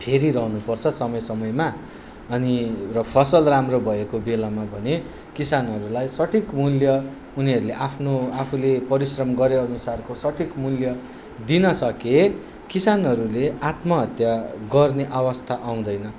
फेरिरहनु पर्छ समय समयमा अनि र फसल राम्रो भएको बेलामा भने किसानहरूलाई सठिक मूल्य उनीहरूले आफ्नो आफूले परिश्रम गरेअनुसारको सठिक मूल्य दिन सके किसानहरूले आत्महत्या गर्ने अवस्था आउँदैन